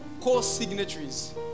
co-signatories